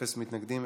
אפס מתנגדים.